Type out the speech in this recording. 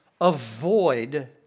Avoid